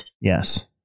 Yes